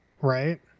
Right